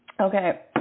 Okay